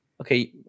Okay